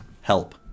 Help